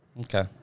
Okay